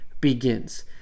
begins